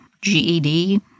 GED